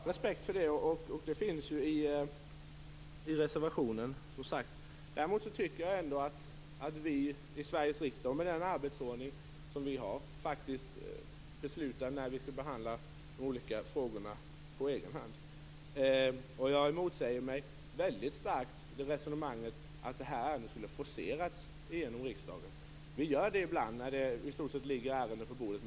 Fru talman! Jag har respekt för det. Det finns som sagt i reservationen. Däremot tycker jag att vi i Sveriges riksdag, med den arbetsordning som vi har, faktiskt på egen hand beslutar när vi skall behandla de olika frågorna. Jag motsätter mig väldigt starkt resonemanget att detta ärende skulle ha forcerats genom riksdagen. Vi gör det ibland, när det i stort sett ligger ärenden på bordet.